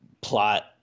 plot